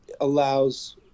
allows